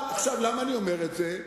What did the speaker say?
למה אני אומר את זה?